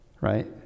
right